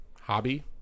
hobby